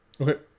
Okay